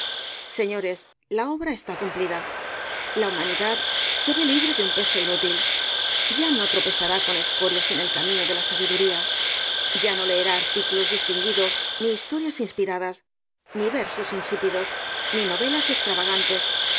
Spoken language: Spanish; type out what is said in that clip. señores la obra está cumplida la humanidad se ve libre de un peso inútil ya no tropezará con escorias en el camino de la sabiduría ya no leerá artículos distinguidos ni historias inspiradas ni versos insípidos ni novelas extravagantes